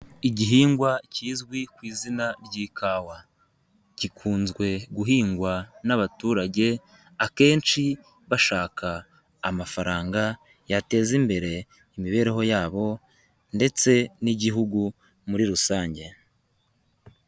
Igihingwa kizwi ku izina ry'ikawa, gikunze guhingwa n'abaturage akenshi bashaka amafaranga yateza imbere imibereho yabo ndetse n'igihugu muri rusange.